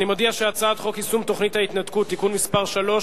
אני מודיע שהצעת חוק יישום תוכנית ההתנתקות (תיקון מס' 3),